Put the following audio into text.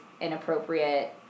inappropriate